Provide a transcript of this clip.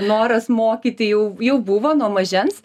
noras mokyti jau jau buvo nuo mažens